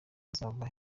azava